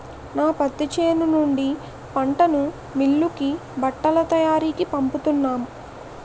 నా పత్తి చేను నుండి పంటని మిల్లుకి బట్టల తయారికీ పంపుతున్నాం